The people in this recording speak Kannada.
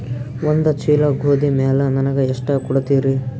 ಒಂದ ಚೀಲ ಗೋಧಿ ಮ್ಯಾಲ ನನಗ ಎಷ್ಟ ಕೊಡತೀರಿ?